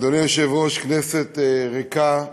אדוני היושב-ראש, כנסת ריקה,